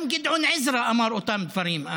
גם גדעון עזרא אמר את אותם דברים אז.